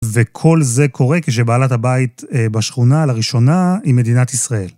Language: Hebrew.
וכל זה קורה כשבעלת הבית בשכונה לראשונה היא מדינת ישראל.